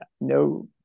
no